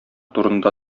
турында